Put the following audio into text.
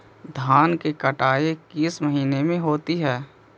धान की कटनी किस महीने में होती है?